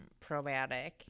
probiotic